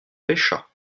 pêcha